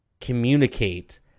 communicate